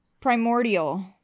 Primordial